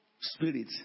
spirit